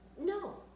No